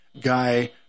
guy